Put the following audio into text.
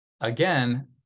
again